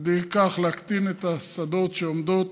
ועל ידי כך להקטין את השדות שעומדים,